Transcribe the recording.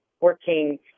working